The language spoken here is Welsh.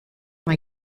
mae